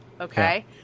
okay